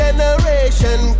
generation